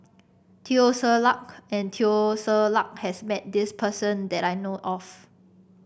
Teo Ser Luck and Teo Ser Luck has met this person that I know of